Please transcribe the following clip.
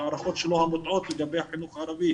ההערכות המוטעות שלו לגבי החינוך הערבי